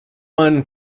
one